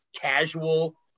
casual